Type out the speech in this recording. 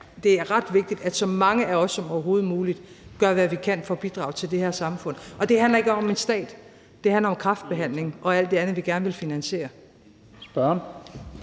at alle os, der kan, så mange af os som overhovedet muligt, gør, hvad vi kan, for at bidrage til det her samfund. Og det handler ikke om en stat, det handler om kræftbehandling og alt det andet, vi gerne vil finansiere.